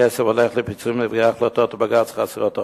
הכסף הולך לפיצויים לנפגעי החלטות בג"ץ חסרות האחריות.